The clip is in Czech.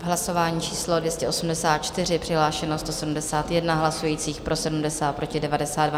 Hlasování číslo 284, přihlášeno 171 hlasujících, pro 70, proti 92.